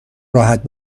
راحت